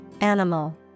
animal